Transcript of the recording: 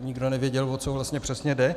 Nikdo nevěděl, o co vlastně přesně jde.